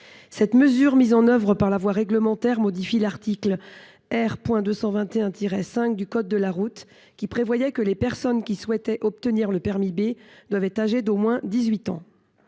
Cette mesure, mise en œuvre par voie réglementaire, modifie l’article R. 221 5 du code de la route, qui dispose que les personnes qui souhaitent obtenir le permis B doivent être âgées d’au moins 18 ans.